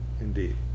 Indeed